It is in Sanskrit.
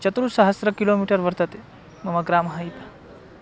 चतुस्सहस्रं किलोमीटर् वर्तते मम ग्रामः इति